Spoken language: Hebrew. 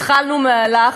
התחלנו מהלך,